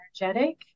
energetic